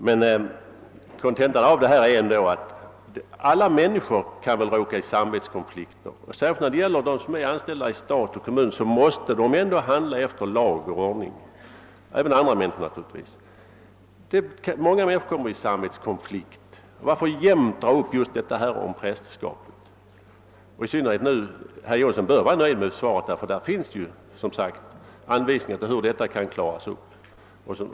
Men kontentan är ändå att alla människor kan råka i samvetskonflikt. Alla människor men i vissa sammanhang särskilt de som är anställda av stat och kommun måste dock handla efter lag och ordning. Varför skall man jämt dra upp frågan om prästerskapets samvete? Herr Jonasson bör som sagt vara nöjd med svaret, ty däri finns en anvisning om hur detta problem skall kunna lösas.